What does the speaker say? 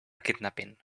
kidnapping